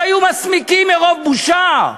הם היו מסמיקים מרוב בושה.